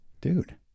dude